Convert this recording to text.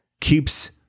keeps